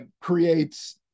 creates